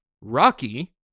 Rocky